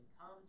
come